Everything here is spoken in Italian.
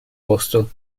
posto